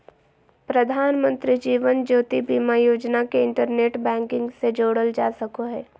प्रधानमंत्री जीवन ज्योति बीमा योजना के internet banking से जोड़ल जा सको हय